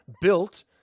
built